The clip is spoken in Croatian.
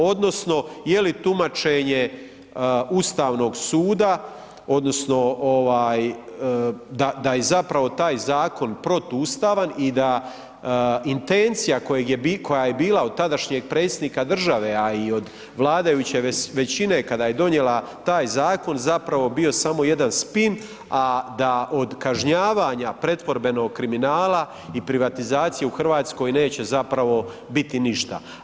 Odnosno je li tumačenje Ustavnog suda odnosno da je zapravo taj zakon protuustavan i da intencija koja je bila od tadašnjeg Predsjednika države a i od vladajuće većine kada je donijela taj zakon, zapravo bio samo jedan spin a da od kažnjavanja pretvorbenog kriminala i privatizacije u Hrvatskoj neće zapravo biti ništa.